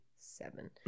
Seven